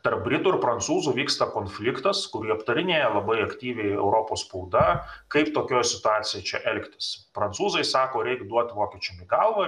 tarp britų ir prancūzų vyksta konfliktas kurį aptarinėja labai aktyviai europos spauda kaip tokioj situacijoj čia elgtis prancūzai sako reik duot vokiečiam į galvą